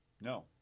no